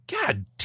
God